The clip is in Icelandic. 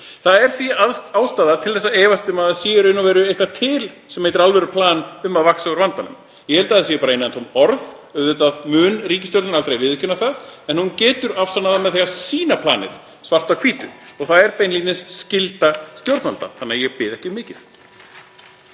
Það er því ástæða til að efast um að það sé í raun og veru eitthvað til sem heitir alvöruplan um að vaxa út úr vandanum. Ég held að það séu bara innantóm orð. Auðvitað mun ríkisstjórnin aldrei viðurkenna það en hún getur afsannað það með því að sýna planið svart á hvítu. Og það er beinlínis skylda stjórnvalda þannig að ég bið ekki um mikið.